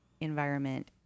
environment